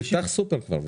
אז תפתח כבר סופר.